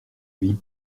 lui